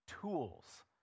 tools